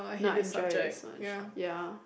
not enjoy it as much ya